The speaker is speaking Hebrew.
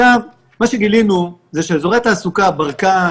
מה שגילינו זה שבאזורי התעסוקה ברקן,